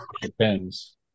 depends